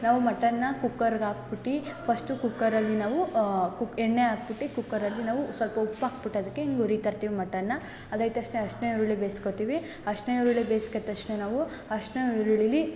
ನಾವು ಮಟನ್ನ್ನು ಕುಕ್ಕರ್ಗೆ ಹಾಕ್ಬುಟ್ಟಿ ಫಸ್ಟು ಕುಕ್ಕರಲ್ಲಿ ನಾವು ಕು ಎಣ್ಣೆ ಹಾಕ್ಬುಟ್ಟಿ ಕುಕ್ಕರಲ್ಲಿ ನಾವು ಸ್ವಲ್ಪ ಉಪ್ಪು ಹಾಕ್ಬುಟ್ ಅದಕ್ಕೆ ಹಿಂಗ್ ಹುರಿತ ಇರ್ತೀವಿ ಮಟನ್ನ್ನು ಅದಾಗ್ ತಕ್ಷಣ ಅರಿಶ್ಣ ಈರುಳ್ಳಿ ಬೇಯಿಸ್ಕೋತೀವಿ ಅರಿಶ್ಣ ಈರುಳ್ಳಿ ಬೇಯಿಸ್ಕ ತಕ್ಷಣ ನಾವು ಅರಿಶ್ಣ ಈರುಳ್ಳಿಲ್ಲಿ